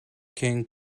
king